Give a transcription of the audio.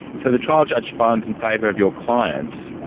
so the trial judge finds in favour of your client,